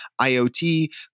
IoT